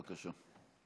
בבקשה.